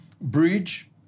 bridge